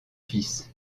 fils